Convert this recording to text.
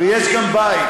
ויש גם בית.